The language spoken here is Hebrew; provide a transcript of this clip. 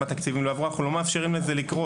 והתקציב ולא עובר אליהם אנחנו לא נאפשר לזה לקרות.